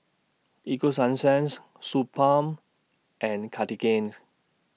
Ego Sunsense Suu Balm and Cartigains